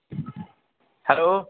hello